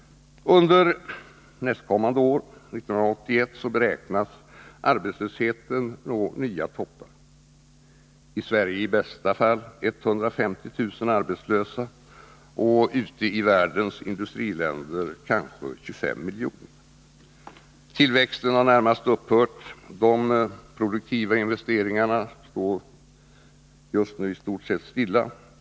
Under nästkommande år, 1981, beräknas arbetslösheten nå nya toppar —i Sverige i bästa fall 150 000 arbetslösa och ute i världens industriländer kanske 25 miljoner. Tillväxten har närmast upphört, de produktiva investeringarna står just nu i stort sett stilla.